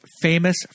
famous